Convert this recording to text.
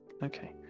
Okay